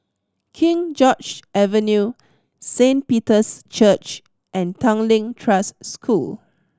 King George Avenue Saint Peter's Church and Tanglin Trust School